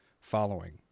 following